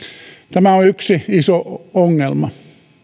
tämä on yksi iso ongelma